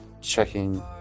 checking